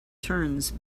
turns